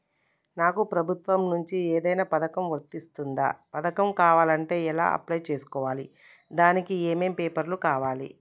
నాకు ప్రభుత్వం నుంచి ఏదైనా పథకం వర్తిస్తుందా? పథకం కావాలంటే ఎలా అప్లై చేసుకోవాలి? దానికి ఏమేం పేపర్లు కావాలి?